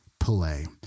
play